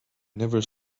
never